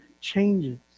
changes